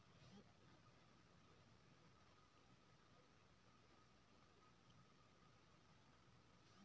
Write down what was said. केतारीक गाछ काटि मिल लए जाइ छै किसान आ मिलमे केतारी पेर रस निकालल जाइ छै